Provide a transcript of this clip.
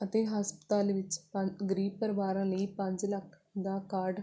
ਅਤੇ ਹਸਪਤਾਲ ਵਿੱਚ ਪੰ ਗਰੀਬ ਪਰਿਵਾਰਾਂ ਲਈ ਪੰਜ ਲੱਖ ਦਾ ਕਾਰਡ